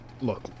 Look